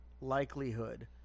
likelihood